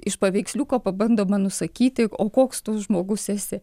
iš paveiksliuko pabandoma nusakyti o koks tu žmogus esi